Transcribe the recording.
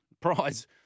prize